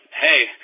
hey